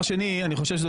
זאת